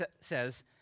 says